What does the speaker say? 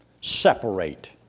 separate